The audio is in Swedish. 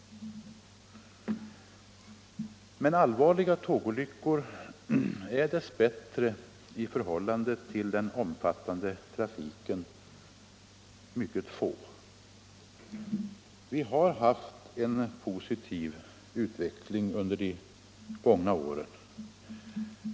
Men allvarliga tågolyckor är dess bättre mycket få i förhållande till den omfattande trafiken. Vi har haft en positiv utveckling under de gångna en.